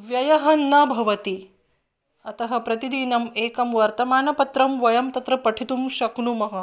व्ययः न भवति अतः प्रतिदिनम् एकं वर्तमानपत्रं वयं तत्र पठितुं शक्नुमः